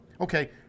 okay